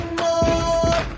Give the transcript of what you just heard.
more